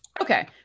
Okay